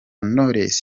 knowless